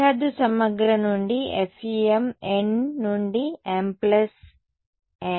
సరిహద్దు సమగ్ర నుండి FEM n నుండి mn